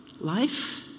life